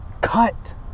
Cut